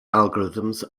algorithms